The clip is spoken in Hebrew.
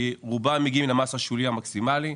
כי רובם מגיעים למס השולי המקסימלי,